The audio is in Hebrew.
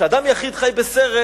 כשאדם יחיד חי בסרט,